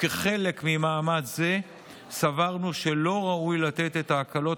וכחלק ממאמץ זה סברנו שלא ראוי לתת את ההקלות